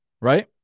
Right